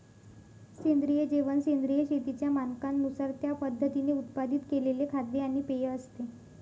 सेंद्रिय जेवण सेंद्रिय शेतीच्या मानकांनुसार त्या पद्धतीने उत्पादित केलेले खाद्य आणि पेय असते